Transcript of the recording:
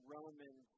Roman